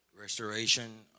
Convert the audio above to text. Restoration